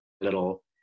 little